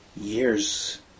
years